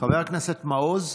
חבר הכנסת מעוז,